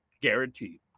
guaranteed